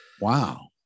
wow